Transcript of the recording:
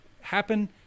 happen